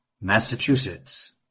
Massachusetts